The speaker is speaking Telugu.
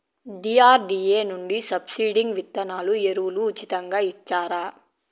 డి.ఆర్.డి.ఎ నుండి సబ్సిడి విత్తనాలు ఎరువులు ఉచితంగా ఇచ్చారా?